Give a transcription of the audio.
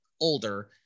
older